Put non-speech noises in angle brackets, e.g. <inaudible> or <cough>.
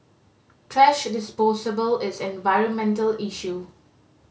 thrash <unintelligible> possible is an environmental issue